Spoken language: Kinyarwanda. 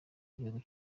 igihugu